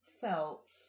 felt